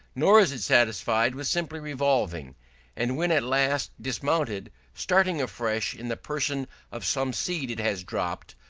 nor is it satisfied with simply revolving and, when at last dismounted, starting afresh in the person of some seed it has dropped,